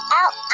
out